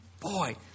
boy